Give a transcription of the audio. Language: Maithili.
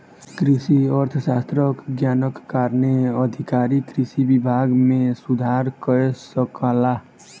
कृषि अर्थशास्त्रक ज्ञानक कारणेँ अधिकारी कृषि विभाग मे सुधार कय सकला